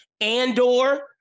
Andor